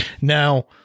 Now